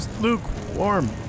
lukewarm